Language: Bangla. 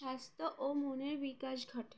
স্বাস্থ্য ও মনের বিকাশ ঘটে